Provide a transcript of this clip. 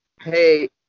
Hey